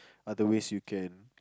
other ways you can